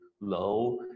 low